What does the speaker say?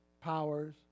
powers